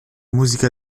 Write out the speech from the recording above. musica